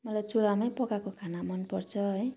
मलाई चुलामै पकाएको खाना मनपर्छ है